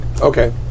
Okay